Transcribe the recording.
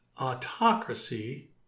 autocracy